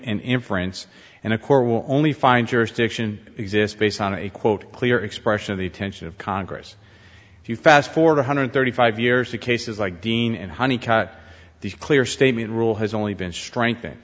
inference and a court will only find jurisdiction exists based on a quote clear expression of the attention of congress if you fast forward one hundred thirty five years to cases like dean and honey cut the clear statement rule has only been strengthened